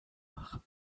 machen